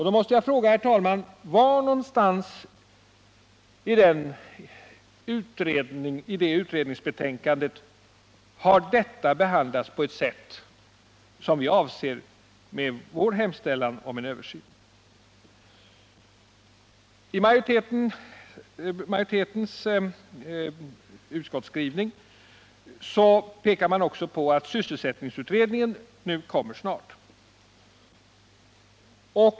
Då måste jag fråga, herr talman: Var någonstans i det utredningsbetänkandet har detta behandlats på det sätt som vi avser med vår hemställan om en översyn? I utskottsmajoritetens skrivning pekas också på att sysselsättningsutredningens betänkande kommer snart.